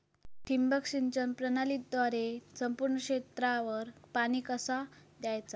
ठिबक सिंचन प्रणालीद्वारे संपूर्ण क्षेत्रावर पाणी कसा दयाचा?